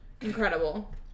Incredible